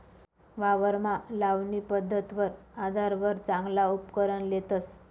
वावरमा लावणी पध्दतवर आधारवर चांगला उपकरण लेतस